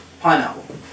Pineapple